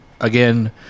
Again